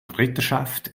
ritterschaft